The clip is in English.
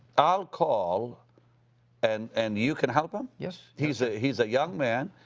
i'll call and and you can help them? yes. he's ah he's a young man.